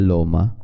Loma